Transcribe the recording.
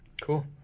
cool